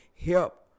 help